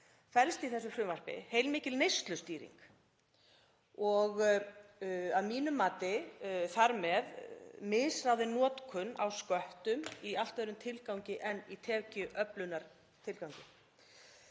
felst í þessu frumvarpi heilmikil neyslustýring og að mínu mati þar með misráðin notkun á sköttum í allt öðrum tilgangi en í tekjuöflunartilgangi.